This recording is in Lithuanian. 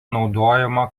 naudojama